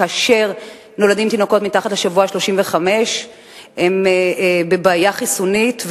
שכאשר נולדים תינוקות מתחת לשבוע ה-35 הם בבעיה חיסונית,